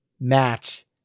match